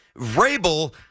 Vrabel